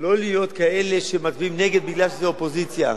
לא להיות כאלה שמצביעים נגד מפני שזאת אופוזיציה.